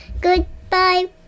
Goodbye